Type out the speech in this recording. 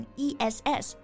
ess